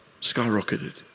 skyrocketed